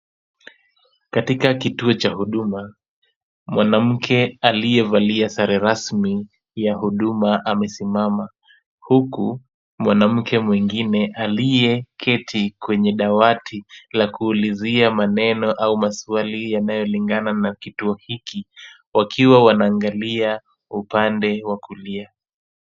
Katika kituo cha huduma mwanamke aliyevalia sare rasmi ya huduma amesimama ,huku mwanamke mwengine aliyeketi kwenye dawati ya kuulizia maneno au maswali yanayolingana na kituo hiki wakiwa wanaangalia upande wa kulia.